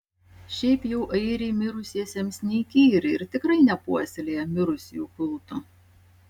šiaip jau airiai mirusiesiems neįkyri ir tikrai nepuoselėja mirusiųjų kulto